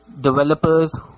developers